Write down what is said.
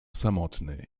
samotny